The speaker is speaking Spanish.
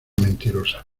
mentirosa